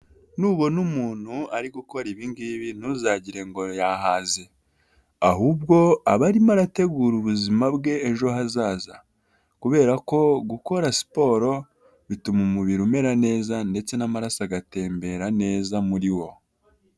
Nubona umuntu ari gukora ibingibi ntuzagire ngo yahaze, ahubwo aba arimo arategura ubuzima bwe ejo hazaza kubera ko gukora siporo bituma umubiri umera neza ndetse n'amaraso agatembera neza muri wo.